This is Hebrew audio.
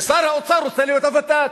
ושר האוצר רוצה להיות הוות"ת.